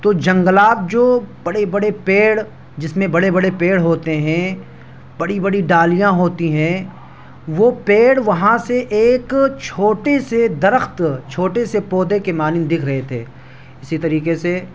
تو جنگلات جو بڑے بڑے پیڑ جس میں بڑے بڑے پیڑ ہوتے ہیں بڑی بڑی ڈالیاں ہوتی ہیں وہ پیڑ وہاں سے ایک چھوٹے سے درخت چھوٹے سے پودے کے مانند دکھ رہے تھے اسی طریقے سے